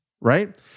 Right